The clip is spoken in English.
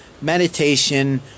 meditation